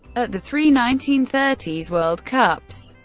at the three nineteen thirty s world cups,